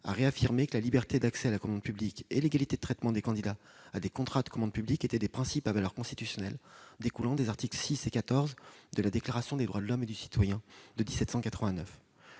affirmé que la liberté d'accès à la commande publique et l'égalité de traitement des candidats à des contrats de la commande publique étaient des principes à valeur constitutionnelle découlant des articles 6 et 14 de la Déclaration des droits de l'homme et du citoyen de 1789.